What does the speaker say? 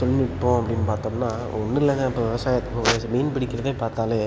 தொழில்நுட்பம் அப்படின்னு பாத்தோம்னா ஒன்றும் இல்லைங்க இப்போ விவசாயத்துல வந்துவிட்டு மீன் பிடிக்கிறதே பார்த்தாலே